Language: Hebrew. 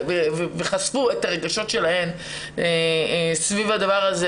וחשפו את הרגשות שלהן סביב הדבר הזה,